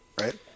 right